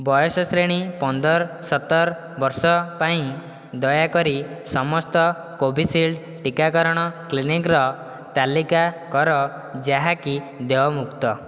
ବୟସ ଶ୍ରେଣୀ ପନ୍ଦର ସତର ବର୍ଷ ପାଇଁ ଦୟାକରି ସମସ୍ତ କୋଭିଶିଲ୍ଡ୍ ଟିକାକରଣ କ୍ଲିନିକ୍ର ତାଲିକା କର ଯାହାକି ଦେୟମୁକ୍ତ